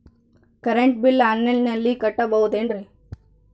Current bill ಆನ್ಲೈನಿನಲ್ಲಿ ಕಟ್ಟಬಹುದು ಏನ್ರಿ?